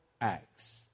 acts